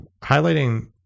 highlighting